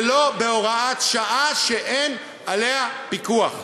ולא בהוראת שעה שאין עליה פיקוח.